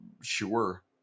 sure